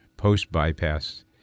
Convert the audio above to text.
Post-bypass